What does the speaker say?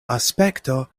aspekto